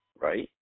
right